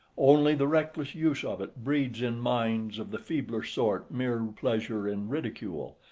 only the reckless use of it breeds in minds of the feebler sort mere pleasure in ridicule,